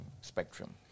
spectrum